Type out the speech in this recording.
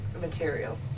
material